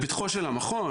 לפתחו של המכון,